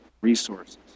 resources